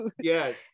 Yes